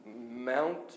Mount